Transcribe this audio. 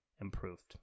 improved